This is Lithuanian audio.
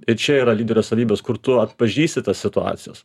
ir čia yra lyderio savybės kur tu atpažįsti tas situacijas